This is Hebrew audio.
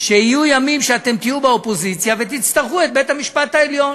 שיהיו ימים שאתם תהיו באופוזיציה ותצטרכו את בית-המשפט העליון.